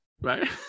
right